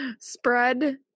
spread